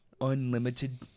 unlimited